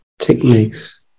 techniques